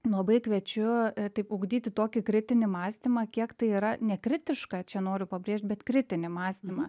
labai kviečiu taip ugdyti tokį kritinį mąstymą kiek tai yra nekritiška čia noriu pabrėžt bet kritinį mąstymą